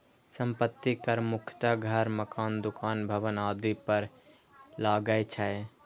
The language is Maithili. संपत्ति कर मुख्यतः घर, मकान, दुकान, भवन आदि पर लागै छै